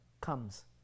comes